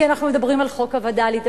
כי אנחנו מדברים על חוק הווד”לים,